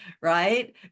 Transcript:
Right